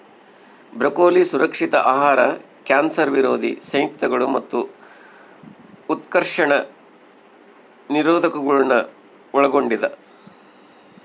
broccoli ಸುರಕ್ಷಿತ ಆಹಾರ cancer ವಿರೋಧಿ ಸಂಯುಕ್ತಗಳು ಮತ್ತು ಉತ್ಕರ್ಷಣ ನಿರೋಧಕಗುಳ್ನ ಒಳಗೊಂಡಿದ